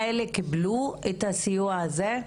הנשים האלה קיבלו את הסיוע הזה?